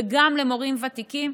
וגם למורים ותיקים,